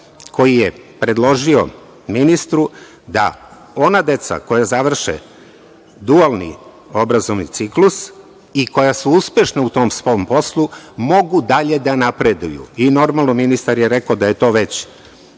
koji je predložio ministru da ona deca koja završe dualni obrazovni ciklus i koja su uspešna u tom svom poslu mogu dalje da napreduju. Normalno, ministar je rekao da je to već